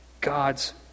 God's